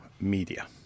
media